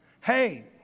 hey